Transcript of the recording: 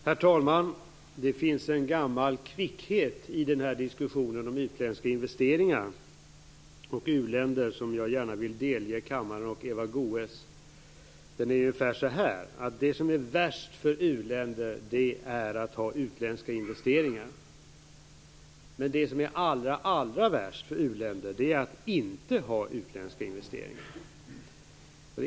Herr talman! Det finns en gammal kvickhet i diskussionen om utländska investeringar och u-länder som jag gärna vill delge kammaren och Eva Goës. Den är ungefär så här: Det som är värst för u-länder är att ha utländska investeringar. Men det som är allra värst för u-länder är att inte ha utländska investeringar.